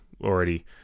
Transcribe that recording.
already